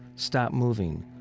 stop moving,